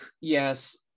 Yes